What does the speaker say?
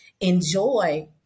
enjoy